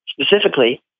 specifically